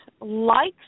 likes